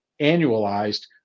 annualized